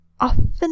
often